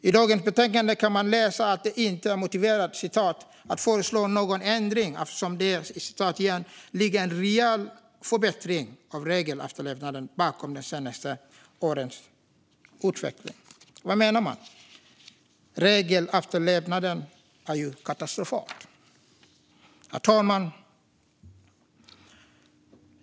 I dagens betänkande kan vi läsa att det inte är motiverat att föreslå någon ändring eftersom det ligger "en reell förbättring av regelefterlevnaden bakom de senaste årens utveckling". Vad menar man? Regelefterlevnaden är ju katastrofal. Herr talman!